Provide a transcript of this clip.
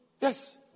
Yes